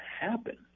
happen